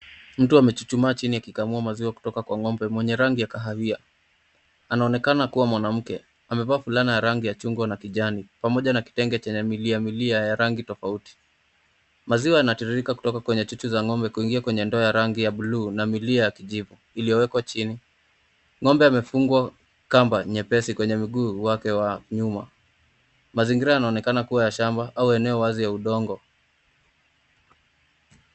Mtu amechuchumaa chini akikamua maziwa kutoka kwa ng'ombe mwenye rangi ya kahawia. Anaonekana kuwa mwanamke. Amevaa fulana ya rangi ya chungwa na kijani pamoja na kitenge chenye milia milia ya rangi tofauti. Maziwa yanatiririka kutoka kwenye titi za ng'ombe kuingia kwenye ndoo ya rangi ya blue na milia ya kijivu iliowekwa chini. Ng'ombe amefungwa kamba nyepesi kwenye mguu wake wa nyuma. Mazingira yanaonekana kuwa ya shamba au eneo wazi ya udongo.